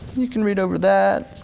you can read over that,